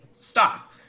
stop